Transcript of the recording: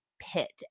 pit